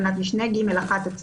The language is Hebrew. בתקנת משנה (ג1) עצמה,